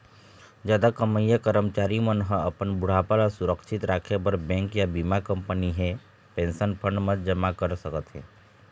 जादा कमईया करमचारी मन ह अपन बुढ़ापा ल सुरक्छित राखे बर बेंक या बीमा कंपनी हे पेंशन फंड म जमा कर सकत हे